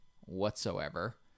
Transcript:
whatsoever